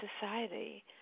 society